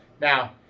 Now